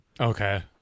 Okay